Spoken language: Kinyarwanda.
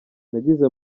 nagize